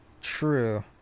true